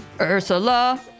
Ursula